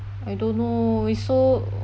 I don't know is so